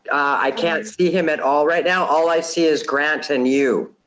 i can't see him at all right now. all i see is grant and you.